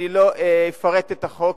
אני לא אפרט את החוק,